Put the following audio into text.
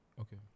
Okay